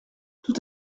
tout